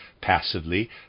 passively